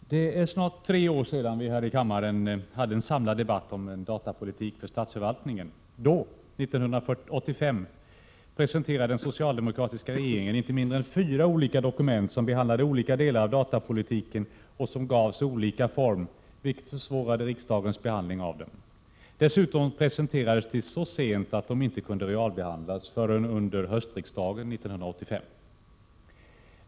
Herr talman! Det är snart tre år sedan vi i kammaren hade en samlad debatt om en datapolitik för statsförvaltningen. Då, 1985, presenterade den socialdemokratiska regeringen inte mindre än fyra olika dokument som behandlade olika delar av datapolitiken och som gavs olika form, vilket försvårade riksdagens behandling av dem. Dessutom presenterades de så sent att de inte kunde realbehandlas förrän under höstriksdagen 1985.